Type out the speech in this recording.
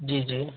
जी जी